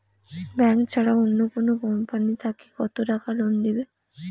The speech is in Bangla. ব্যাংক ছাড়া অন্য কোনো কোম্পানি থাকি কত টাকা লোন দিবে?